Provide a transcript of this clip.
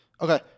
Okay